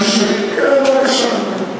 כן, בבקשה.